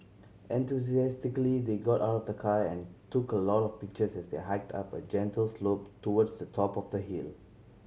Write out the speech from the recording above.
enthusiastically they got out of the car and took a lot of pictures as they hiked up a gentle slope towards the top of the hill